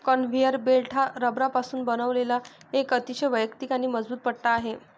conveyor belt हा रबरापासून बनवलेला एक अतिशय वैयक्तिक आणि मजबूत पट्टा आहे